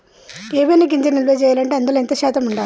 ఏవైనా గింజలు నిల్వ చేయాలంటే అందులో ఎంత శాతం ఉండాలి?